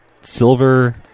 silver